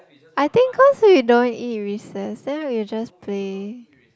I think cause we don't eat recess then we'll just play